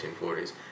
1940s